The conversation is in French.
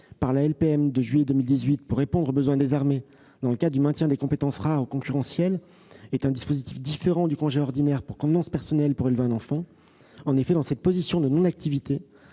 par la LPM de juillet 2018 pour répondre aux besoins des armées dans le cadre du maintien des compétences rares ou concurrentielles, est un dispositif différent du congé ordinaire pour convenances personnelles pour élever un enfant. En effet, dans cette position de non-activité,